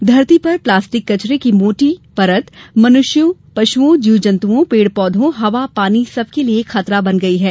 धरती पर प्लास्टिक कचरे की मोटी होती परत मनुष्यों पशुओं जीव जन्तुओं पेड़ पौधों हवा पानी सबके लिये खतरा बन गई है